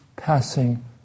Passing